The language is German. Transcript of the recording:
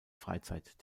freizeit